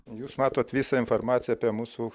jūs matot visą informaciją apie mūsų